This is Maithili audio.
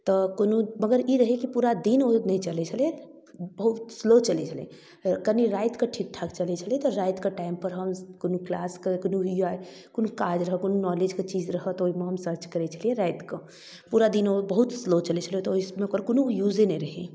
तऽ कोनो मगर ई रहै कि पूरा दिन ओ नहि चलै छलै बहुत स्लो चलै छलै कनि रातिके ठीकठाक चलै छलै तऽ रातिके टाइमपर हम कोनो किलासके कोनो भी अइ कोनो काज रहै कोनो नॉलेजके चीज रहै तऽ ओहिमे हम सर्च करै छलिए रातिके पूरा दिन ओ बहुत स्लो चलै छलै तऽ ओहिमे ओकर कोनो यूजे नहि रहै